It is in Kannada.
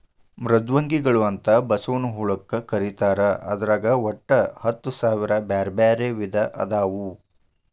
ಮೃದ್ವಂಗಿಗಳು ಅಂತ ಬಸವನ ಹುಳಕ್ಕ ಕರೇತಾರ ಅದ್ರಾಗ ಒಟ್ಟ ಹತ್ತಸಾವಿರ ಬ್ಯಾರ್ಬ್ಯಾರೇ ವಿಧ ಅದಾವು